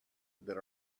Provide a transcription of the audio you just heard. that